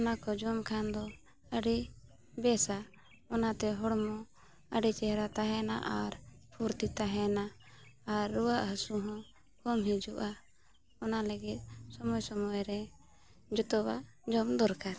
ᱚᱱᱟ ᱠᱚ ᱡᱚᱢ ᱠᱷᱟᱱ ᱫᱚ ᱟᱹᱰᱤ ᱵᱮᱥᱟ ᱚᱱᱟᱛᱮ ᱦᱚᱲᱢᱚ ᱟᱹᱰᱤ ᱪᱮᱦᱨᱟ ᱛᱟᱦᱮᱱᱟ ᱟᱨ ᱯᱷᱩᱨᱛᱤ ᱛᱟᱦᱮᱱᱟ ᱟᱨ ᱨᱩᱣᱟᱹᱜ ᱦᱟᱹᱥᱩ ᱦᱚᱸ ᱠᱚᱢ ᱦᱤᱡᱩᱜᱼᱟ ᱚᱱᱟ ᱞᱟᱹᱜᱤᱫ ᱥᱚᱢᱚᱭ ᱥᱚᱢᱚᱭ ᱨᱮ ᱡᱚᱛᱚᱣᱟᱜ ᱡᱚᱢ ᱫᱚᱨᱠᱟᱨ